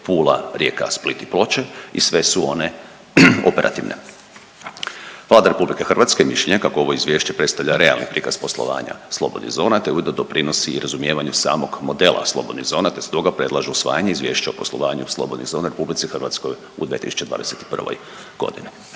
Pula, Rijeka, Split i Ploče i sve su one operativne. Vlada RH mišljenja je kako ovo Izvješće predstavlja realni prikaz poslovanja slobodnih zona te ujedno doprinosi i razumijevanju samog modela slobodnih zona te stoga predlaže usvajanje Izvješća o poslovanju slobodnih zona u RH u 2021. g.